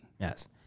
Yes